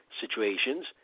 situations